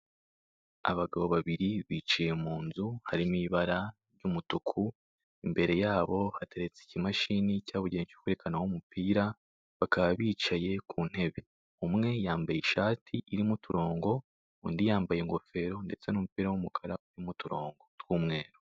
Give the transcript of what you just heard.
Abagabo babiri bicaye mu nzu harimo ibara ry'umutuku imbere yabo hateretse ikimashini cyabugenewe cyo kwerekaniraho umupira bakaba bicaye ku ntebe, umwe yambaye ishati irimo uturongo undi yambaye ingofero ndetse n'umupira w'umukara urimo uturongo tw'umweru.